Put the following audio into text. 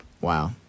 Wow